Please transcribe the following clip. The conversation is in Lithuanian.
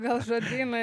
gal žodynai